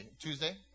Tuesday